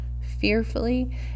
fearfully